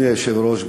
אדוני היושב-ראש,